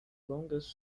longest